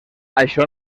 això